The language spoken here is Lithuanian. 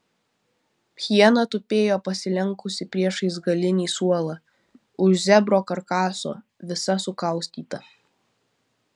hiena tupėjo pasilenkusi priešais galinį suolą už zebro karkaso visa sukaustyta